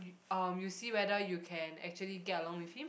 um you see whether you can actually get along with him